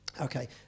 Okay